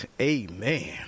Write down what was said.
Amen